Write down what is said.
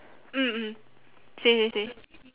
mm mm say say say